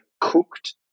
cooked